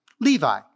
Levi